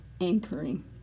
anchoring